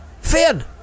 Finn